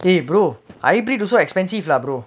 eh brother hybrid also expensive lah brother